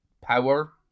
power